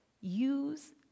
use